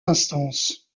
instances